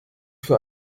für